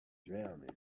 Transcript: drowning